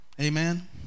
Amen